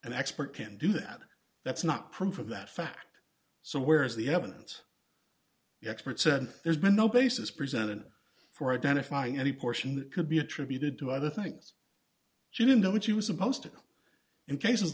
an expert can do that that's not proof of that fact so where is the evidence the experts said there's been no basis presented for identifying any portion that could be attributed to other things you know what she was opposed to in cases